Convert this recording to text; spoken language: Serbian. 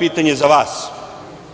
pitanje za vas,